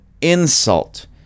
insult